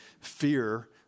fear